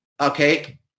Okay